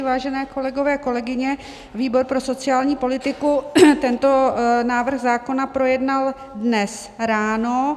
Vážení kolegové, kolegyně, výbor pro sociální politiku tento návrh zákona projednal dnes ráno.